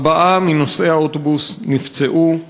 ארבעה מנוסעי האוטובוס נפצעו,